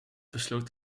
besloot